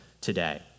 today